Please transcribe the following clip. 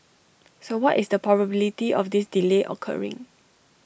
so what is the probability of this delay occurring